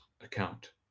account